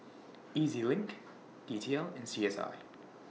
E Z LINK D T L and C S I